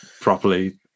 properly